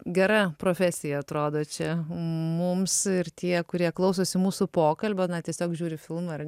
gera profesija atrodo čia mums ir tie kurie klausosi mūsų pokalbio na tiesiog žiūri filmą ar